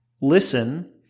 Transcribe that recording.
listen